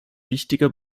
wichtiger